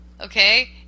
okay